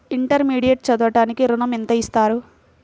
Intermediate చదవడానికి ఋణం ఎంత ఇస్తారు?